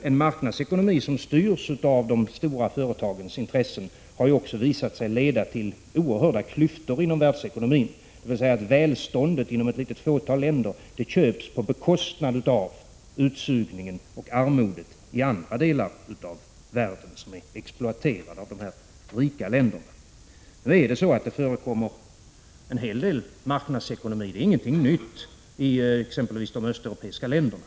En marknadsekonomi som styrs av de stora företagens intressen har också visat sig leda till oerhörda klyftor inom världsekonomin, dvs. välståndet inom ett litet fåtal länder köps på bekostnad av utsugningen och armodet i andra delar av världen, som är exploaterade av de rika länderna. Nu förekommer det en hel del marknadsekonomi — det är ingenting nytt —i exempelvis de östeuropeiska länderna.